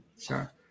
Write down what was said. Sure